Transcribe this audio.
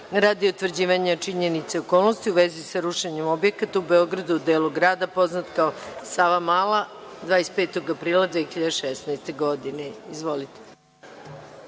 radi utvrđivanja činjenica i okolnosti u vezi sa rušenjem objekata u Beogradu u delu grada poznat kao Savamala 25. aprila 2016. godine. Reč